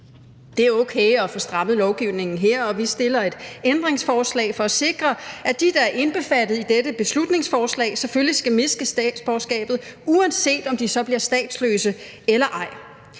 Det er okay at få strammet lovgivningen her, og vi stiller et ændringsforslag for at sikre, at de, der er indbefattet i dette beslutningsforslag, selvfølgelig skal miste statsborgerskabet, uanset om de så bliver statsløse eller ej.